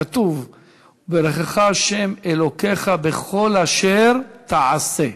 כתוב: "וברכך ה' אלוקיך בכל אשר תעשה".